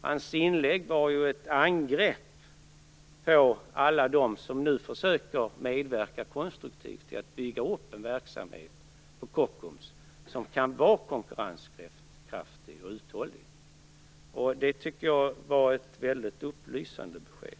Hans inlägg var ett angrepp på alla dem som nu försöker medverka konstruktivt till att bygga upp en konkurrenskraftig och uthållig verksamhet på Kockums. Det var ett väldigt upplysande besked.